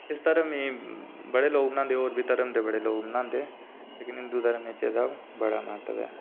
इस ध्यार गी होर धर्म दे लोक बी मनांदे लेकिन हिन्दू धर्म च बड़ा म्हत्तव ऐ